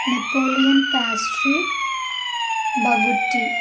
napoleon pastry baguette